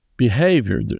Behavior